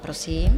Prosím.